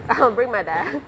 I'll bring my dad